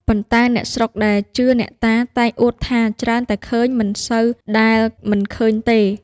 ប៉ុន្តែអ្នកស្រុកដែលជឿអ្នកតា តែងអួតថា ច្រើនតែឃើញ មិនសូវដែលមិនឃើញទេ ។